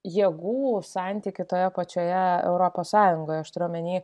jėgų santykį toje pačioje europos sąjungoje aš turiu omeny